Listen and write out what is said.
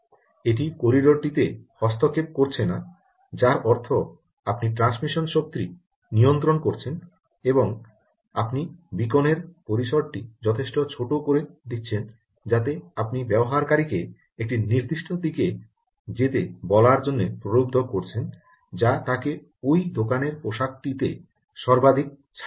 এটি করিডোর টিতে হস্তক্ষেপ করছেনা যার অর্থ আপনি ট্রান্সমিশন শক্তি নিয়ন্ত্রণ করছেন এবং আপনি বীকনের পরিসরটি যথেষ্ট ছোট করে দিচ্ছেন যাতে আপনি ব্যবহারকারীকে একটি নির্দিষ্ট দিকে যেতে বলার জন্য প্রলুব্ধ করছেন যা তাকে ওই দোকানের পোশাকটিতে সর্বাধিক ছাড় দেয়